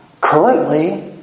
Currently